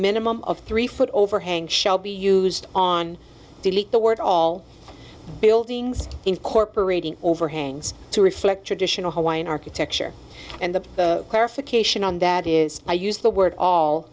minimum of three foot overhang shall be used on delete the word all buildings incorporating overhangs to reflect traditional hawaiian architecture and the clarification on that is i used the word all